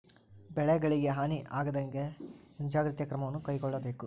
ಬೆಳೆಗಳಿಗೆ ಹಾನಿ ಆಗದಹಾಗೆ ಮುಂಜಾಗ್ರತೆ ಕ್ರಮವನ್ನು ಕೈಗೊಳ್ಳಬೇಕು